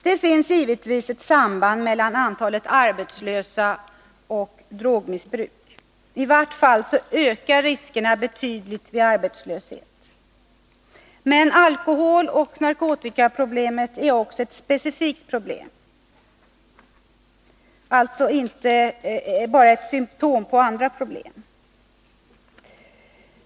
Det finns givetvis ett samband mellan antalet arbetslösa och drogmissbruk. I vart fall ökar riskerna betydligt vid arbetslöshet. Men alkoholoch narkotikaproblemet är också ett specifikt problem, alltså inte bara ett symtom på andra problem.